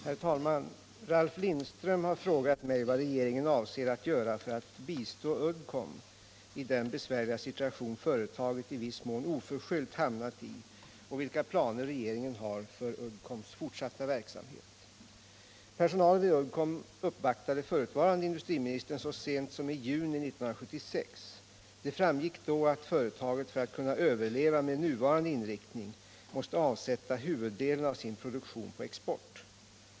Herr talman! Ralf Lindström har frågat mig vad regeringen avser att göra för att bistå Uddcomb i den besvärliga situation företaget i viss mån oförskyllt hamnat i och vilka planer regeringen har för Uddcombs fortsatta verksamhet. Personalen vid Uddcomb uppvaktade förutvarande industriministern så sent som i juni 1976. Det framgick då att företaget för att kunna överleva med nuvarande inriktning måste avsätta huvuddelen av sin produktion på export.